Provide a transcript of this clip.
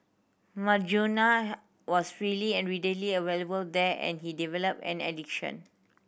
marijuana was freely and readily available there and he developed an addiction